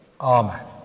Amen